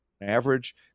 Average